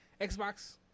Xbox